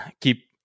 keep